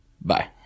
Bye